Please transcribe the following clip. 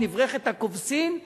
את נברכת הכובסין,